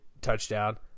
Touchdown